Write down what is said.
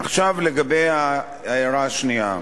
עכשיו לגבי ההערה השנייה.